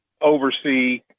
oversee